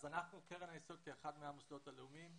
קרן היסוד כאחד מהמוסדות הלאומיים,